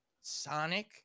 Sonic